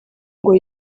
ngo